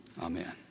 Amen